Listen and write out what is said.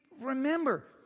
remember